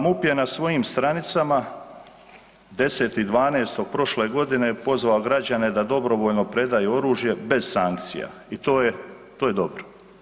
MUP je na svojim stranicama 10. 12. prole godine pozvao građane da dobrovoljno predaju oružje bez sankcija i to je dobro.